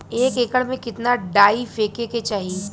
एक एकड़ में कितना डाई फेके के चाही?